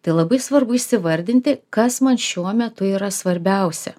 tai labai svarbu įsivardinti kas man šiuo metu yra svarbiausia